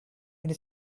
when